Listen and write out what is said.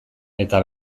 eta